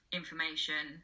information